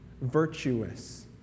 virtuous